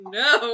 no